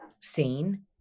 seen